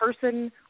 person